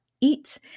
eat